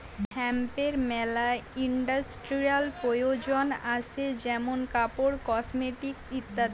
হেম্পের মেলা ইন্ডাস্ট্রিয়াল প্রয়জন আসে যেমন কাপড়, কসমেটিকস ইত্যাদি